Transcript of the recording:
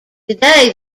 today